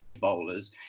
bowlers